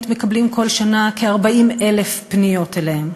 מקבלים כל שנה כ-40,000 פניות אליהם.